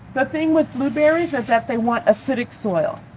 the thing with blueberries is that they want acidic soil.